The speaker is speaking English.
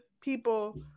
people